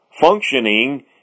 functioning